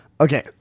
Okay